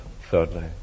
thirdly